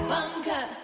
Bunker